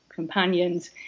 companions